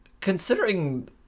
considering